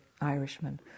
Irishman